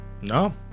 No